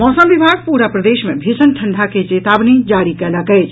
मौसम विभाग पूरा प्रदेश मे भीषण ठंडा के चेतावनी जारी कयलक अछि